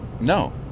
No